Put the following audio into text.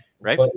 Right